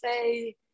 say